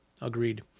Agreed